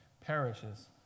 perishes